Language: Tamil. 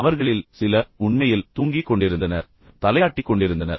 பின்னர் அவர்களில் சிலர் உண்மையில் தூங்கிக் கொண்டிருந்தனர் பின்னர் தலையாட்டி கொண்டிருந்தனர்